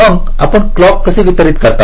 मग आपण क्लॉककसे वितरित करता